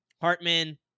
Hartman